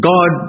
God